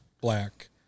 black